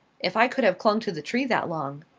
if i could have clung to the tree that long.